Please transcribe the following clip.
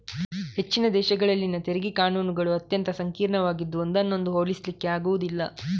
ಹೆಚ್ಚಿನ ದೇಶಗಳಲ್ಲಿನ ತೆರಿಗೆ ಕಾನೂನುಗಳು ಅತ್ಯಂತ ಸಂಕೀರ್ಣವಾಗಿದ್ದು ಒಂದನ್ನೊಂದು ಹೋಲಿಸ್ಲಿಕ್ಕೆ ಆಗುದಿಲ್ಲ